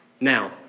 Now